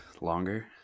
longer